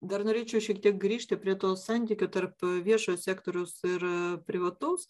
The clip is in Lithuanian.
dar norėčiau šiek tiek grįžti prie to santykio tarp viešojo sektoriaus ir privataus